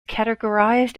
categorized